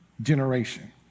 generation